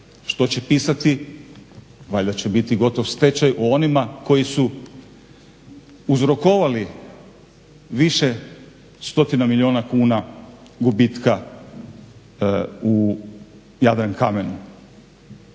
Što će pisati valjda će biti gotovo stečaj o onima koji su uzrokovali više stotina milijuna kuna gubitka u Jadrankamenu.